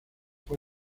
fue